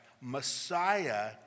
Messiah